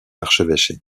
archevêché